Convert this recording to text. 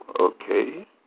okay